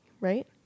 Right